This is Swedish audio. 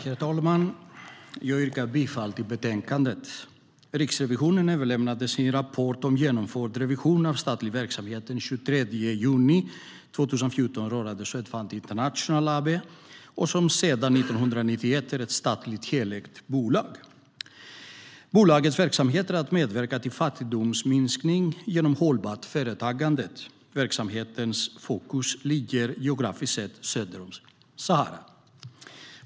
Herr talman! Jag yrkar bifall till förslaget i betänkandet. Riksrevisionen överlämnade sin rapport om genomförd revision av statlig verksamhet den 23 juni 2014 rörande Swedfund International AB, som sedan 1991 är ett statligt helägt bolag. Bolagets uppdrag är att medverka till fattigdomsminskning genom hållbart företagande. Verksamhetens fokus ligger geografiskt sett söder om Sahara.